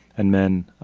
and men,